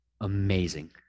amazing